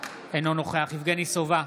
אינו נוכח יבגני סובה,